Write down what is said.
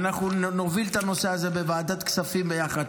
ואנחנו נוביל את הנושא הזה בוועדת הכספים ביחד.